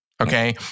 okay